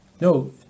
No